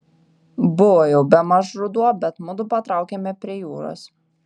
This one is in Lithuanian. buvo jau bemaž ruduo bet mudu patraukėme prie jūros